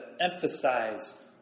emphasize